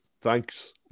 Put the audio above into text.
Thanks